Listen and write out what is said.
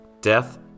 death